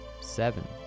Seven